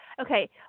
Okay